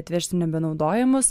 atvežti nebenaudojamus